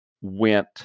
went